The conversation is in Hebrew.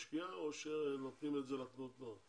או שנותנים את זה לתנועות הנוער?